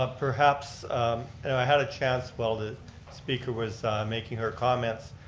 ah perhaps, and i had a chance while the speaker was making her comments,